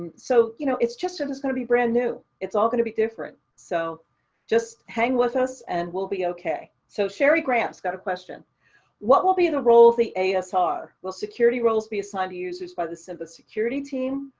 so, you know, it's just just going to be brand new, it's all going to be different. so just hang with us and we'll be okay. so cheri graham's got a question what will be the role of the asr? will security roles be assigned to users by the simba security team,